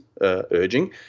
urging